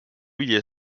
year